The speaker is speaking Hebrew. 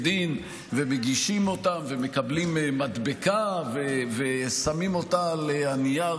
דין ומגישים אותם ומקבלים מדבקה ושמים אותה על הנייר